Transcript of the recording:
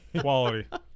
quality